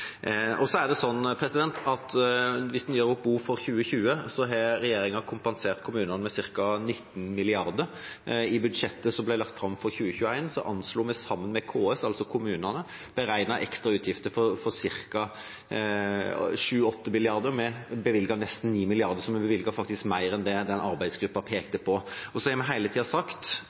gjør opp boet for 2020, har regjeringa kompensert kommunene med ca. 19 mrd. kr. I budsjettet som ble lagt fram for 2021, anslo vi sammen med KS, altså kommunene, ekstra utgifter på 7–8 mrd. kr. Vi bevilget nesten 9 mrd. kr, så vi bevilget faktisk mer enn den arbeidsgruppa pekte på. Så har vi hele tida, fra dag én, sagt